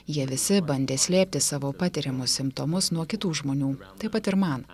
jie visi bandė slėpti savo patiriamus simptomus nuo kitų žmonių taip pat ir man